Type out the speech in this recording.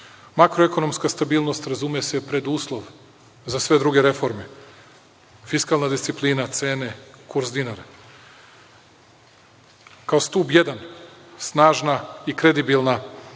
Makroekonomska stabilnost razume se, preduslov za sve druge reforme, fiskalna disciplina, cene, kurs dinara. Kao stub jedan, snažna i kredibilna